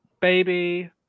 Baby